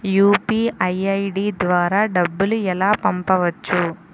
UPI ID ద్వారా డబ్బులు ఎలా పంపవచ్చు?